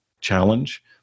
challenge